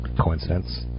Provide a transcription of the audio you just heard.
coincidence